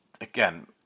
again